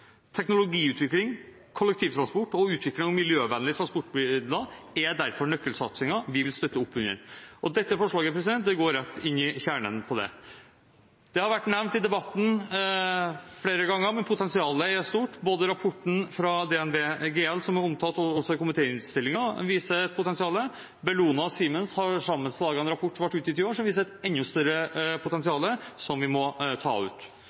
Teknologiutvikling, kollektivtransport og utvikling av miljøvennlige transportmidler er derfor nøkkelsatsinger vi vil støtte opp under, og dette forslaget går rett inn i kjernen av det. Det har vært nevnt i debatten flere ganger, men potensialet er stort: Rapporten fra DNV-GL, som også er omtalt i komitéinnstillingen, viser et potensial, og Bellona og Siemens har sammen laget en rapport som ble utgitt i år, som viser et enda større potensial som vi må ta ut.